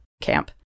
camp